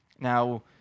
Now